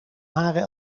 haren